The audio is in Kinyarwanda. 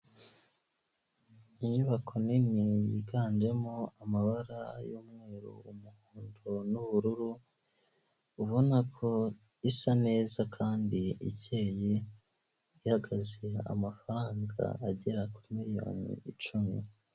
Inyubako nini yiganjemo amabara y'umweru, umuhondo n'ubururu, ubona ko isa neza kandi ikeye ihagaze amafaranga agera kuri miliyoni icumi.